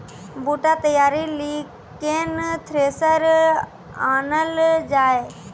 बूटा तैयारी ली केन थ्रेसर आनलऽ जाए?